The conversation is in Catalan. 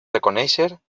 reconèixer